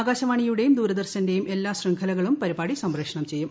ആകാശവാണിയുടെയും ദൂരദർശന്റെയും എല്ലാ ശൃംഖലകളും പരിപാടി സംപ്രേഷണം ചെയ്യും